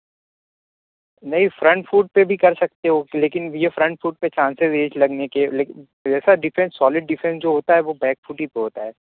نہیں front foot پہ بھی کر سکتے ہو لیکن یہ فرنٹ فوٹ پہ چانسز ہے لگنے چاہیے لیکن جیسا ڈیفینس سالڈ ڈیفینس جو ہوتا ہے وہ بیک فوٹ ہی پہ ہوتا ہے